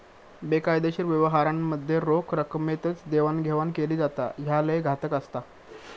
बेकायदेशीर व्यवहारांमध्ये रोख रकमेतच देवाणघेवाण केली जाता, ह्या लय घातक असता